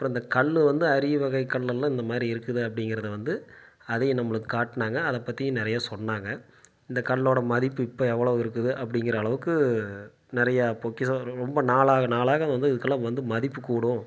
அப்புறம் இந்த கல் வந்து அறிய வகை கல்லெல்லாம் இந்தமாதிரி இருக்குது அப்படிங்கிறத வந்து அதையும் நம்மளுக்கு காட்டினாங்க அதை பற்றியும் நிறைய சொன்னாங்க இந்த கல்லோட மதிப்பு இப்போ எவ்வளோ இருக்குது அப்படிங்கிற அளவுக்கு நிறையா பொக்கிஷம் ரொம்ப நாளாக நாளாக அது வந்து இதுக்கெலாம் வந்து மதிப்பு கூடும்